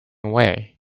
away